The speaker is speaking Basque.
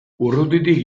urrutitik